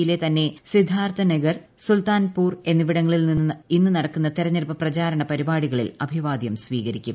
യിലെ തന്നെ സിദ്ദാർത്ഥനഗർ സുൽത്താൻപൂർ എന്നിവിടങ്ങളിൽ ഇന്ന് നടക്കുന്ന തിരഞ്ഞെടുപ്പ് പ്രചാരണ പരിപാടികളിൽ അഭിവാദ്യം സ്വീകരിക്കും